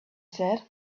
said